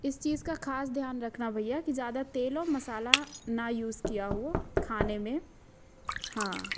इस चीज़ का ख़ास ध्यान रखना भैया कि ज़्यादा तेल और मसाला ना यूज़ किया हो खाने में हाँ